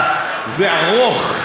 זה ארוך.